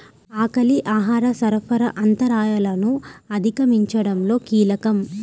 ఆకలి ఆహార సరఫరా అంతరాయాలను అధిగమించడంలో కీలకం